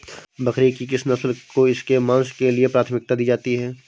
बकरी की किस नस्ल को इसके मांस के लिए प्राथमिकता दी जाती है?